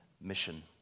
mission